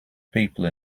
people